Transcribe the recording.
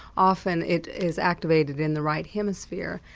often it is activated in the right hemisphere.